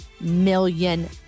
million